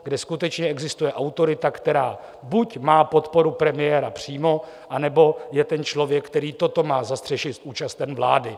, kde skutečně existuje autorita, která buď má podporu premiéra přímo, anebo je ten člověk, který toto má zastřešit, účasten vlády.